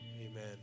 amen